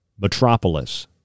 metropolis